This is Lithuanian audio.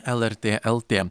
lrt lt